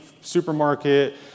supermarket